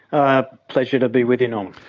ah pleasure to be with you, know um